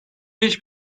beş